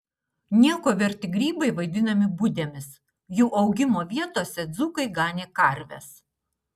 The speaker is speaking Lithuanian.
nieko verti grybai vadinami budėmis jų augimo vietose dzūkai ganė karves